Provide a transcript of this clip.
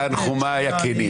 תנחומיי הכנים.